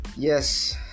yes